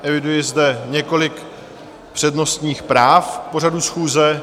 Eviduji zde několik přednostních práv k pořadu schůze.